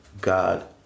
God